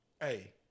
Hey